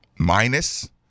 Minus